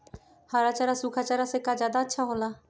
हरा चारा सूखा चारा से का ज्यादा अच्छा हो ला?